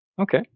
Okay